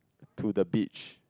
to the beach